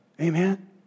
Amen